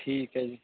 ਠੀਕ ਹੈ ਜੀ